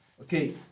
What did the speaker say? okay